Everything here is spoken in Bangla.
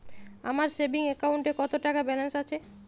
আমার সেভিংস অ্যাকাউন্টে কত টাকা ব্যালেন্স আছে?